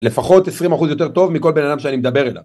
לפחות 20% יותר טוב מכל בן אדם שאני מדבר אליו.